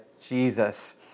Jesus